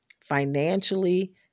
financially